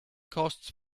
costs